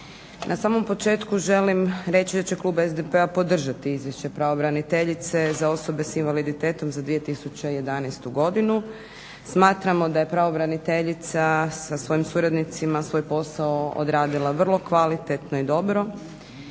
Na samom početku želim reći da će klub SDP-a podržati izvješće pravobraniteljice za osobe s invaliditetom za 2011. godinu. Smatramo da je pravobraniteljica sa svojim suradnicima svoj posao odradila vrlo kvalitetno i dobro